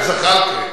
זחאלקה,